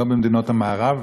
לא במדינות המערב,